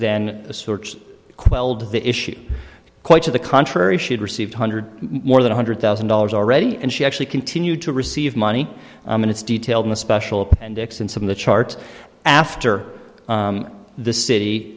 then a source quelled the issue quite to the contrary she'd received hundred more than a hundred thousand dollars already and she actually continued to receive money and it's detailed in a special appendix and some of the charts after the city